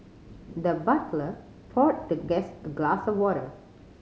the butler poured the guest a glass of water